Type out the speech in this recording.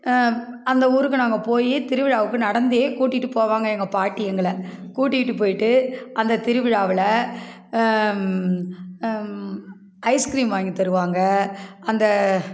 அந்த ஊருக்கு நாங்கள் போய் திருவிழாவுக்கு நடந்தே கூட்டிகிட்டு போவாங்க எங்கள் பாட்டி எங்களை கூட்டிகிட்டு போயிட்டு அந்த திருவிழாவில் ஐஸ்கிரீம் வாங்கி தருவாங்க அந்த